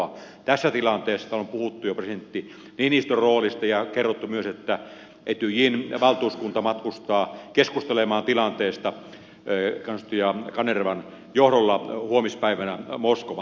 tässä tilanteessa on puhuttu jo presidentti niinistön roolista ja kerrottu myös että etyjin valtuuskunta matkustaa keskustelemaan tilanteesta kansanedustaja kanervan johdolla huomispäivänä moskovaan